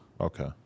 Okay